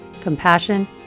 compassion